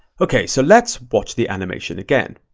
okay, so let's watch the animation again.